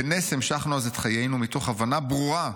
בנס המשכנו אז את חיינו, מתוך הבנה ברורה: